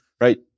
right